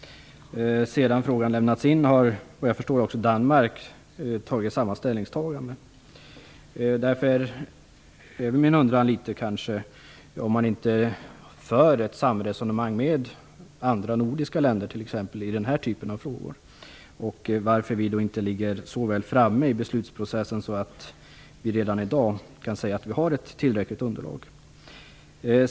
Sedan frågan lämnades in har, vad jag förstår, också Danmark gjort samma ställningstagande. Därför är min undran om man inte för ett samresonemang med t.ex. andra nordiska länder i den här typen av frågor och varför vi inte ligger så väl framme i beslutsprocessen att vi redan i dag kan säga att vi har ett tillräckligt underlag.